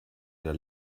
der